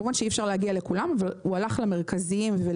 כמובן שאי אפשר להגיע לכולם אבל הוא הלך למרכזיים בהם,